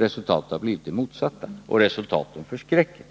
Resultatet har blivit det motsatta, och resultatet förskräcker.